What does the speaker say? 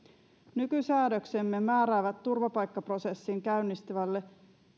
nykysäädöksemme määräävät turvapaikkaprosessin käynnistävälle